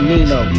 Nino